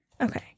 Okay